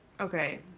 Okay